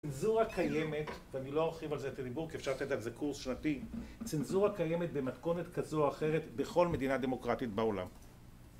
צנזורה קיימת, ואני לא ארחיב על זה את הדיבור כי אפשר לדעת זה קורס שנתיים, צנזורה קיימת במתכונת כזו או אחרת בכל מדינה דמוקרטית בעולם.